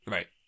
Right